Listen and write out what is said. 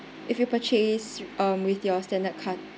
if you purchase um with your standard card